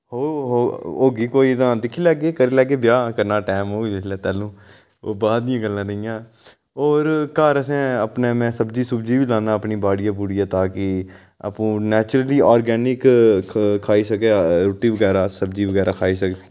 हो ओह् होगी कोई तां दिक्खी लैह्गे करी लैह्गे ब्याह् करना टैम होग जिसलै तैह्लूं ओह् बाद दियां गल्लां रेहियां और घर असें अपनै में सब्जी सुब्जि बी लान्ना अपनी बाड़ियें बुड़िये ताकि अप्पूं नैचुरली आर्गेनिक ख खाई सकां रुट्टी वगैरा सब्जी वगैरा खाई सकै